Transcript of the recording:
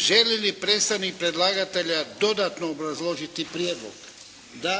Želi li predstavnik predlagatelja dodatno obrazložiti prijedlog? Da.